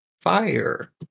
fire